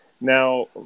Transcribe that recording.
Now